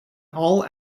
all